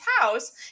house